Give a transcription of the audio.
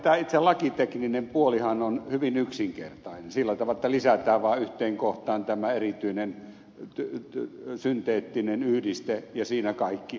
tässähän itse tämä lakitekninen puolihan on hyvin yksinkertainen sillä tavalla että lisätään vain yhteen kohtaan tämä erityinen synteettinen yhdiste ja siinä kaikki